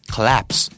Collapse